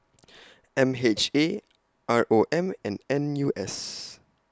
M H A R O M and N U S